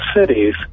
cities